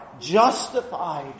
justified